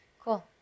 Cool